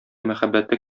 мәхәббәте